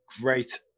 great